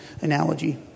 analogy